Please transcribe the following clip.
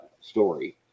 story